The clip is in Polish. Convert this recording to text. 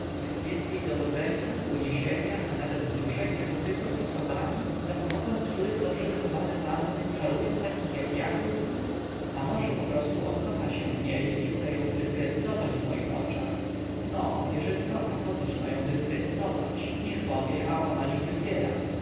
jej dowodzenia uniesienia a nawet wzruszenia są tylko sposobami za pomocą których dobrze wychowane panny czarują takich jak ja głupców a może poprostu on kocha się w niej i chce ją zdyskredytować w moich oczach no jeżeli kocha pocóż ją ma dyskredytować niech powie a ona niech wybiera